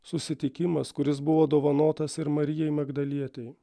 susitikimas kuris buvo dovanotas ir marijai magdalietei